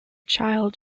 child